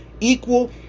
equal